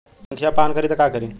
संखिया पान करी त का करी?